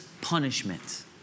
punishment